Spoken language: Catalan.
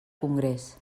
congrés